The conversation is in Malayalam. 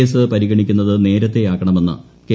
കേസ് പരിഗണിക്കുന്നത് നേരത്തെയാക്കണ മെന്ന് കെ